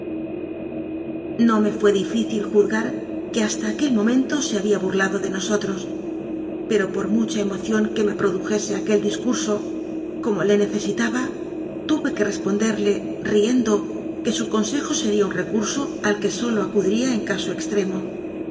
no me fué difícil juzgar que hasta aquel mo mento se había burlado de nosotros pero por mu cha emoción que me produjese aquel discurso como le necesitaba tuve que responderle riendo que su consejo sería un recurso al que sólo acudiría en último extremo